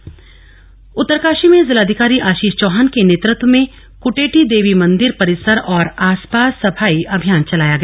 उत्तरकाशी स्वच्छता उत्तरकाशी में जिलाधिकारी आशीष चौहान के नेतृत्व में कुटेटी देवी मन्दिर परिसर और आसपास सफाई अभियान चलाया गया